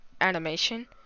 animation